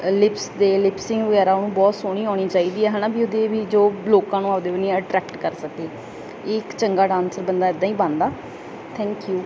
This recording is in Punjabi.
ਲਿਪਸ ਦੇ ਲਿਪਸਿੰਗ ਵਗੈਰਾ ਉਹਨੂੰ ਬਹੁਤ ਸੋਹਣੀ ਆਉਣੀ ਚਾਹੀਦੀ ਆ ਹੈ ਨਾ ਵੀ ਉਹਦੇ ਵੀ ਜੋ ਲੋਕਾਂ ਨੂੰ ਆਪਦੇ ਕਨੀ ਅਟਰੈਕਟ ਕਰ ਸਕੇ ਇਹ ਇੱਕ ਚੰਗਾ ਡਾਂਸਰ ਬੰਦਾ ਇੱਦਾਂ ਹੀ ਬਣਦਾ ਥੈਂਕ ਯੂ